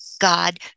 God